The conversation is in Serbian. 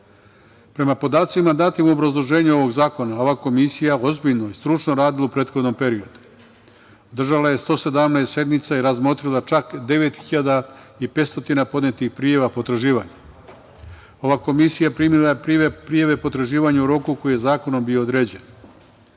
podacima datim u obrazloženju ovog zakona, ova Komisija ozbiljno i stručno radila je u prethodnom periodu. Držala je 117 sednica, razmotrila je čak 9.500 podnetih prijava potraživanja. Ova Komisija primila je prijave o potraživanju u roku koji je zakonom bio određen.